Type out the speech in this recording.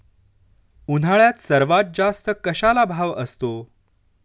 उन्हाळ्यात सर्वात जास्त कशाला भाव असतो?